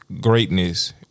greatness